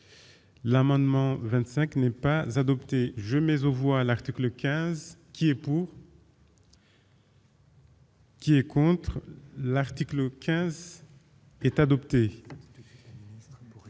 l'amendement 25 n'est pas adopté, je mais on voit l'article 15 qui est pour. Qui est contre l'article 15 est adopté.